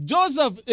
Joseph